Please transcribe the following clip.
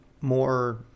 more